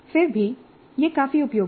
फिर भी यह काफी उपयोगी है